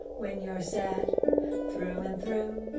when you're sad through and through,